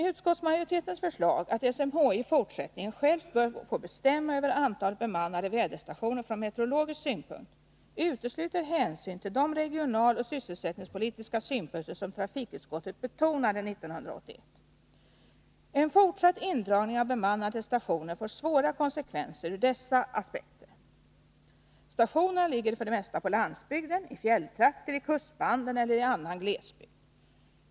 Utskottsmajoritetens förslag att SMHI i fortsättningen självt bör få bestämma över antalet bemannade väderstationer från meteorologisk synpunkt utesluter hänsyn till de regionaloch sysselsättningspolitiska synpunkter som trafikutskottet betonade 1981. En fortsatt indragning av bemannade stationer får svåra konsekvenser ur dessa aspekter. Stationerna ligger för det mesta på landsbygden, i fjälltrakter, i kustbanden eller i annan glesbygd.